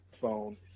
phone